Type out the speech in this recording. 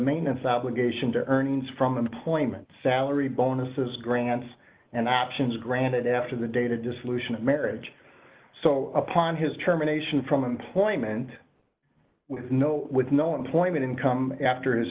maintenance obligation to earnings from employment salary bonuses grants and options granted after the dated dissolution of marriage so upon his determination from employment with no with no employment income after his